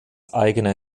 eigener